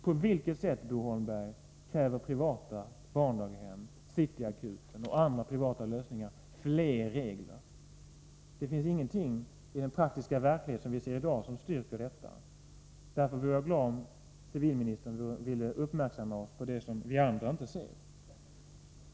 På vilket sätt, Bo Holmberg, kräver privata barndaghem, City Akuten och andra privata lösningar fler regler? Det finns ingenting i den praktiska verklighet som vi ser i dag som styrker detta. Därför vore jag glad om civilministern ville uppmärksamma oss på det som vi andra inte ser.